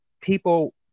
people